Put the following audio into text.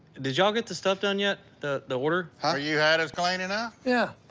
did ya'll get the stuff done yet? the the order. ah you had us cleaning ah yeah